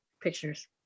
pictures